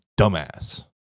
dumbass